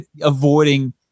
avoiding